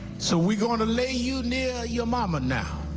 so we're going to lay you near your mama now.